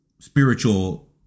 spiritual